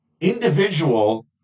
individual